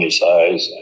size